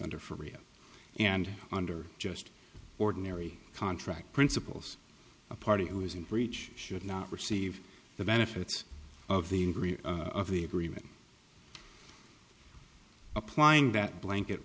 under for real and under just ordinary contract principles a party who is in breach should not receive the benefits of the in green of the agreement applying that blanket